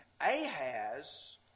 Ahaz